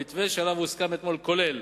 המתווה שעליו הוסכם אתמול כולל,